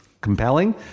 compelling